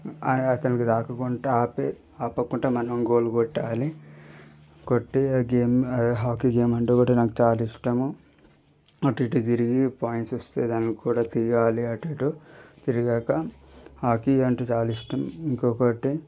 అతనకి రాకకుంట ఆపి ఆపకుంటా మనం గోల్ కొట్టాలి కొట్టి ఆ గేమ్ హాకీ గేమ్ ఆ అంటే కూడ చాలా ఇష్టము అటు ఇటు తిరిగి పాయింట్స్ వస్తాయి దానికి కూడ తిరగాలి అటు ఇటు తిరిగాక హాకీ అంటే చాలా ఇష్టం ఇంకొకటి